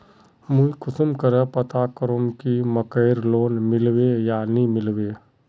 मुई कुंसम करे पता करूम की मकईर लोन मिलबे या नी मिलबे?